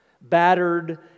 battered